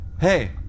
hey